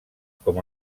com